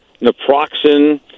naproxen